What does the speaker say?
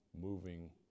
moving